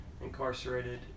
incarcerated